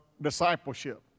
discipleship